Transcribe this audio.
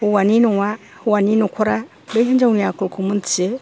हौवानि न'आ हौवानि न'खरा बै हिन्जावनि आखलखौ मोन्थियो